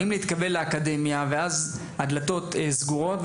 הן רוצות להתקבל לאקדמיה והדלתות סגורות.